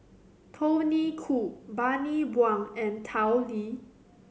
Tony Khoo Bani Buang and Tao Li